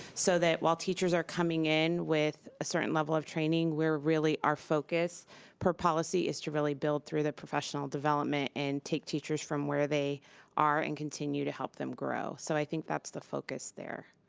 so that while teachers are coming in with a certain level of training, we're really, our focus for policy is to really build through the professional development and take teachers from where they are and continue to help them grow. so, i think that's the focus there.